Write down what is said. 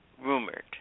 rumored